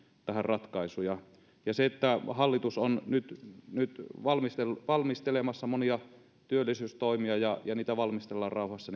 tähän ratkaisuja se että hallitus on nyt nyt valmistelemassa monia työllisyystoimia ja niitä valmistellaan rauhassa